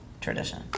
tradition